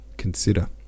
consider